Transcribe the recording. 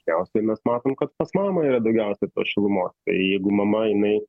tikriausiai mes matom kad pas mamą yra daugiausia šilumos jeigu mama jinai